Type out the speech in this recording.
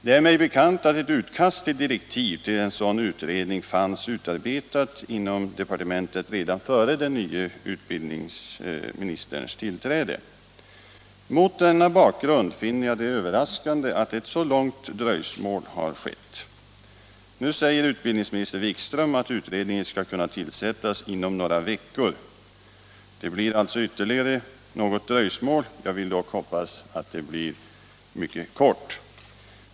Det är mig bekant att ett utkast till direktiv till en sådan utredning fanns utarbetat inom departementet redan före den nye utbildningsministerns tillträde. Mot denna bakgrund finner jag det överraskande att ett så långt dröjsmål har skett. Nu säger utbildningsminister Wikström att utredningen skall kunna tillsättas inom några veckor. Det blir alltså ytterligare något dröjsmål. Jag vill dock hoppas att det blir mycket kort.